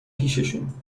پیششون